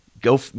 Go